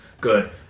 Good